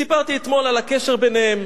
סיפרתי אתמול על הקשר ביניהן.